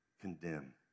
condemn